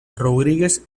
rodríguez